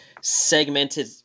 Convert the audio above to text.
segmented